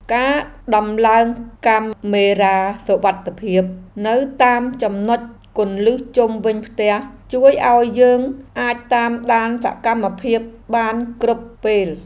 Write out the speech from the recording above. ការដំឡើងកាមេរ៉ាសុវត្ថិភាពនៅតាមចំណុចគន្លឹះជុំវិញផ្ទះជួយឱ្យយើងអាចតាមដានសកម្មភាពបានគ្រប់ពេល។